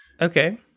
Okay